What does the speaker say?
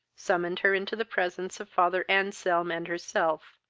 summoned her into the presence of father anselm and herself,